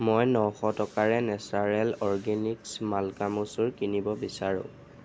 মই নশ টকাৰে নেচাৰলেণ্ড অৰগেনিক্ছ মাল্কা মচুৰ কিনিব বিচাৰোঁ